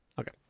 Okay